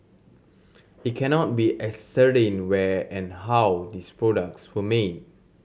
it cannot be ascertained where and how these products were made